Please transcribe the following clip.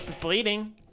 Bleeding